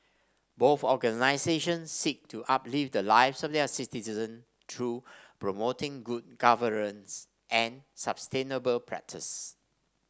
both organisations seek to uplift the lives of their citizen through promoting good governance and sustainable practice